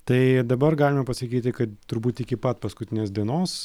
tai dabar galime pasakyti kad turbūt iki pat paskutinės dienos